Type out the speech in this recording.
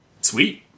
sweet